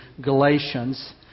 Galatians